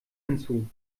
hinzu